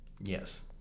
yes